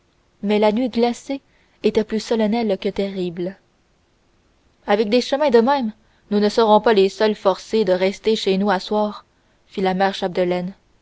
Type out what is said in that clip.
mais la nuit glacée était plus solennelle que terrible avec des chemins de même nous ne serons pas les seuls forcés de rester chez nous à soir fit la mère